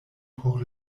por